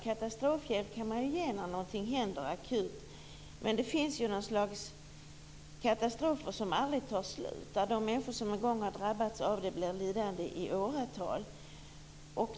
Katastrofhjälp kan man ju ge när någonting händer akut, men det finns ju katastrofer som aldrig tar slut. De människor som en gång har drabbats av den blir lidande i åratal.